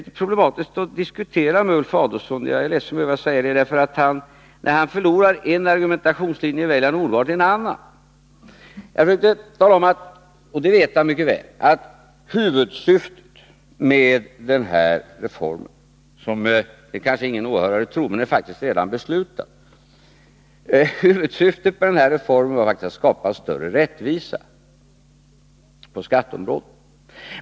Jag är ledsen att behöva säga det, men det är litet problematiskt att diskutera med Ulf Adelsohn. När Ulf Adelsohn förlorar en argumentationslinje väljer han omedelbart en annan. Ulf Adelsohn vet mycket väl att huvudsyftet med den här reformen — det kanske ingen av åhörarna tror, men det är faktiskt redan beslutat — var att skapa större rättvisa på skatteområdet.